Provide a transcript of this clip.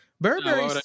Burberry